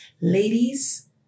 Ladies